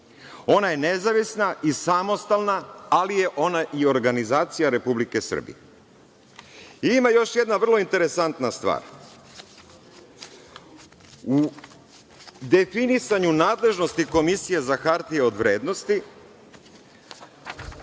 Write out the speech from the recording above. ona je nezavisna, samostalna, ali je ona i organizacija Republike Srbije. Ima još jedna interesantna stvar. U definisanju nadležnosti Komisije za hartije od vrednosti,